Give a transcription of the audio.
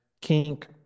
kink